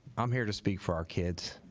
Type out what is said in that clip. i'm here to speak for our kids